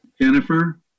Jennifer